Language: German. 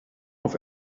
auf